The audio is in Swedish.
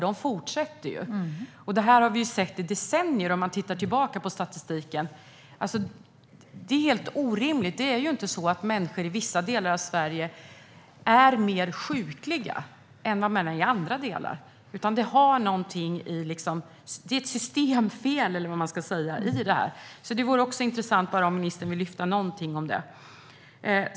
De fortsätter att finnas, vilket vi har sett i statistiken i decennier. Det är helt orimligt - det är ju inte så att människor i vissa delar av Sverige är mer sjukliga än människor i andra delar, utan det finns ett systemfel i det här. Det vore intressant om ministern ville säga någonting om det.